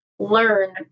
learn